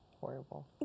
Horrible